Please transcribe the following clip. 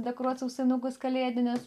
dekoruot sausainukus kalėdinius